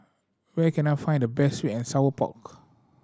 where can I find the best sweet and sour pork